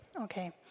Okay